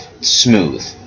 smooth